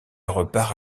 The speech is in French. repart